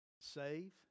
Save